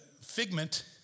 figment